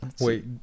Wait